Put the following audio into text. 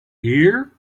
here